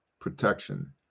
protection